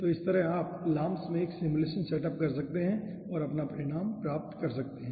तो इस तरह आप LAMMPS में 1 सिमुलेशन सेटअप कर सकते हैं और आप परिणाम प्राप्त कर सकते हैं ठीक है